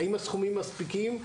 האם הסכומים מספיקים?